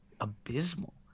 abysmal